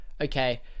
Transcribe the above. okay